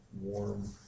warm